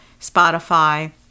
Spotify